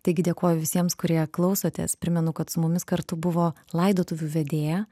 taigi dėkoju visiems kurie klausotės primenu kad su mumis kartu buvo laidotuvių vedėja